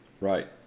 Right